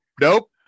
nope